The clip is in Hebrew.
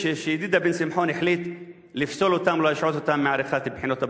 שידידיה בן-שמחון החליט לפסול אותם ולהשעות אותם מהערכת בחינות הבגרות.